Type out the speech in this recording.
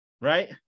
right